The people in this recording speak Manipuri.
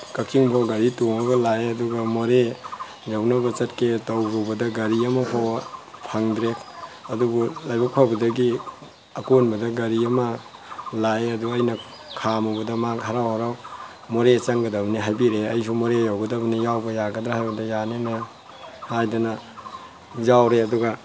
ꯀꯛꯆꯤꯡꯐꯥꯎ ꯒꯥꯔꯤ ꯇꯣꯡꯉꯒ ꯂꯥꯛꯑꯦ ꯑꯗꯨꯒ ꯃꯣꯔꯦ ꯌꯧꯅꯕ ꯆꯠꯀꯦ ꯇꯧꯔꯨꯕꯗ ꯒꯥꯔꯤ ꯑꯃꯐꯥꯎ ꯐꯪꯗ꯭ꯔꯦ ꯑꯗꯨꯕꯨ ꯂꯥꯏꯕꯛ ꯐꯕꯗꯒꯤ ꯑꯀꯣꯟꯕꯗ ꯒꯥꯔꯤ ꯑꯃ ꯂꯥꯛꯑꯦ ꯑꯗꯨ ꯑꯩꯅ ꯈꯥꯝꯃꯨꯕꯗ ꯃꯥꯛ ꯍꯔꯥꯎ ꯍꯔꯥꯎ ꯃꯣꯔꯦ ꯆꯪꯒꯗꯕꯅꯤ ꯍꯥꯏꯕꯤꯔꯛꯑꯦ ꯑꯩꯁꯨ ꯃꯣꯔꯦ ꯌꯧꯒꯗꯕꯅꯤ ꯌꯥꯎꯕ ꯌꯥꯒꯗ꯭ꯔꯥ ꯍꯥꯏꯕꯗ ꯌꯥꯅꯦꯅ ꯍꯥꯏꯗꯅ ꯌꯥꯎꯔꯦ ꯑꯗꯨꯒ